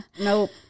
Nope